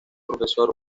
profesor